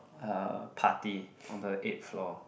uh party on the eight floor